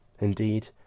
Indeed